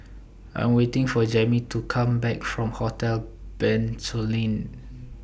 I Am waiting For Jammie to Come Back from Hotel Bencoolen